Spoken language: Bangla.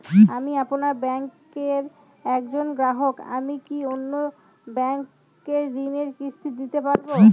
আমি আপনার ব্যাঙ্কের একজন গ্রাহক আমি কি অন্য ব্যাঙ্কে ঋণের কিস্তি দিতে পারবো?